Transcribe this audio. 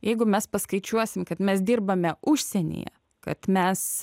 jeigu mes paskaičiuosim kad mes dirbame užsienyje kad mes